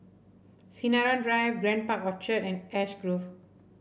Sinaran Drive Grand Park Orchard and Ash Grove